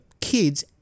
kids